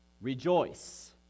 Rejoice